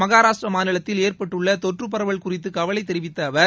மகாராஷ்டிர மாநிலத்தில் ஏற்பட்டுள்ள தொற்று பரவல் குறித்து கவலை தெரிவித்த அவர்